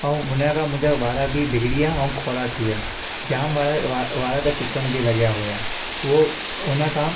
ऐं हुनखां मुंहिंजा वार बि बिगड़ी विया ऐं खोड़ा थी विया जाम वार वा वार त टुटण बि लॻिया हुया उहो उनखां